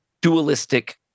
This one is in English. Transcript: dualistic